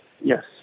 Yes